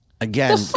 again